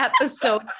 episode